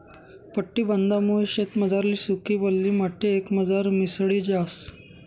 पट्टी बांधामुये शेतमझारली सुकी, वल्ली माटी एकमझार मिसळी जास